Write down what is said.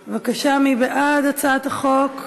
בבקשה, מי בעד הצעת החוק?